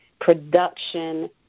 production